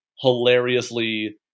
hilariously